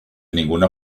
ninguna